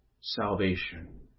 salvation